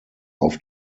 auf